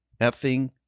effing